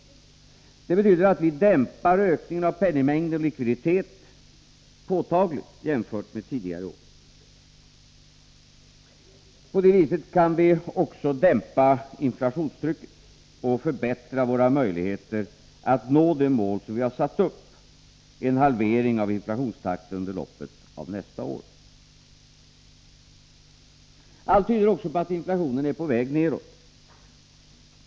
Det betyder att vi jämfört med tidigare år dämpar ökningen av penningmängd och likviditet påtagligt. På det viset kan vi också dämpa inflationstrycket och förbättra våra möjligheter att nå det mål vi har satt upp: en halvering av inflationstakten under loppet av nästa år. Allt tyder också på att inflationen är på väg nedåt.